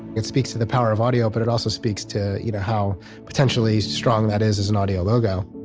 it speaks to the power of audio, but it also speaks to you know how potentially strong that is as an audio logo